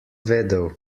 vedel